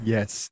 Yes